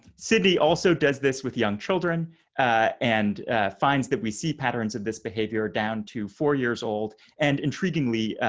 cindy also does this with young children and finds that we see patterns of this behavior down to four years old and intriguingly,